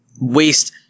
waste